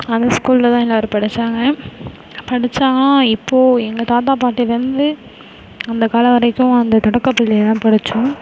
அந்த ஸ்கூலில் தான் எல்லோரும் படித்தாங்க படித்தாங்கா இப்போது எங்கள் தாத்தா பாட்டிலேருந்து அந்த காலம் வரைக்கும் அந்த தொடக்கப்பள்ளியில் தான் படித்தோம்